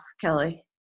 Kelly